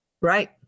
Right